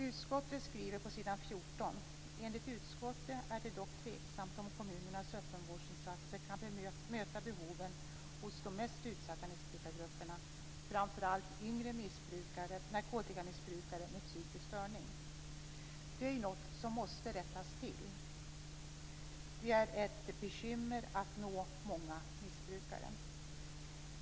Utskottet skriver på s. 14: "Enligt utskottet är det dock tveksamt om kommunernas öppenvårdsinsatser kan möta behoven hos de mest utsatta missbrukargrupperna, framför allt yngre narkotikamissbrukare med psykisk störning". Detta är ju något som måste rättas till. Det är ett bekymmer att nå många missbrukare.